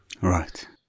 right